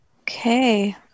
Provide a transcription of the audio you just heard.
Okay